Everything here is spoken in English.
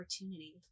opportunity